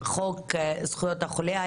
חוק זכויות החולה,